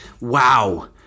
Wow